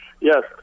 Yes